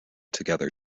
together